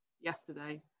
yesterday